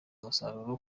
umusaruro